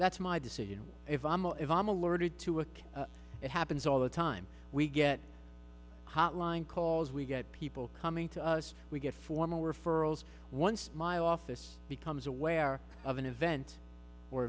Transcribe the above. that's my decision if imo if i'm alerted to a case it happens all the time we get hotline calls we get people coming to us we get formal referrals once my office becomes aware of an event or